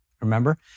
remember